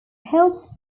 helped